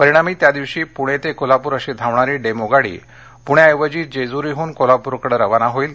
परिणामी त्या दिवशी पुणे ते कोल्हापूर अशी धावणारी डेमू गाडी पुण्याऐवजी जेजूरीहून कोल्हापूरकडे रवाना होईल